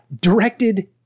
directed